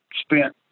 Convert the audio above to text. spent